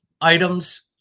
items